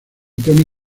tony